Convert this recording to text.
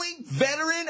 veteran